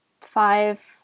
five